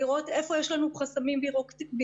לראות היכן יש לנו חסמים בירוקרטיים,